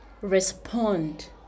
respond